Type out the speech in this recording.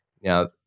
now